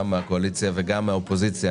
גם מן הקואליציה וגם מן האופוזיציה,